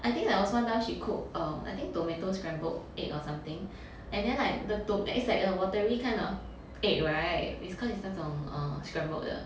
I think there was one time she cooked um I think tomato scrambled egg or something and then like the to~ it's like a watery kind of egg [right] cause it's 那种 err scrambled 的